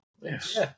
Yes